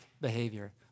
behavior